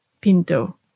Pinto